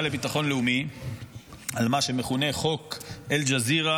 לביטחון לאומי על מה שמכונה חוק אל-ג'זירה.